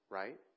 right